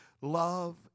Love